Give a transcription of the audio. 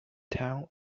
town